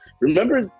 remember